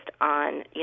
on